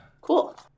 cool